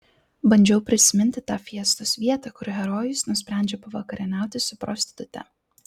bandžiau prisiminti tą fiestos vietą kur herojus nusprendžia pavakarieniauti su prostitute